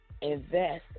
invest